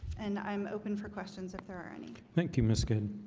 and i'm open for questions if there are any thank you. miss good